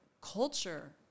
culture